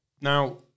Now